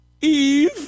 Eve